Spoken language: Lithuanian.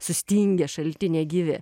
sustingę šalti negyvi